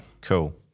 Cool